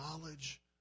knowledge